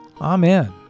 Amen